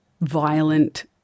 violent